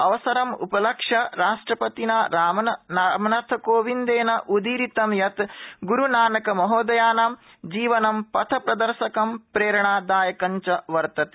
अवसरमुपलक्ष्य राष्ट्रपतिना रामनाथ कोविन्देन उदीरित यत् गुरूनानकमहोदमाना जीवनं पथप्रदर्शक प्रेरणादायकम्य वर्तेते